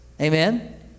Amen